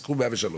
אז קחו מאה ושלוש,